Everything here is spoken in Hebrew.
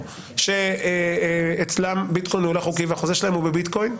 המדינה שאצלם ביטקוין הוא לא חוקי והחוזה שלהם הוא בביטקוין,